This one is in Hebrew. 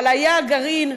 אבל היה הגרעין,